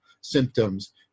symptoms